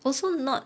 also not